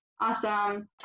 awesome